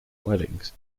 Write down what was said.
weddings